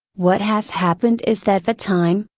what has happened is that the time,